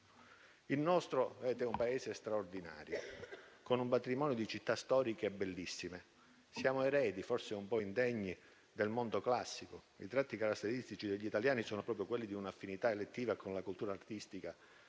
Il nostro è un Paese straordinario, con un patrimonio di città storiche bellissime. Siamo eredi, forse un po' indegni, del mondo classico. I tratti caratteristici degli italiani sono proprio quelli di un'affinità elettiva con la cultura artistica